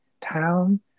town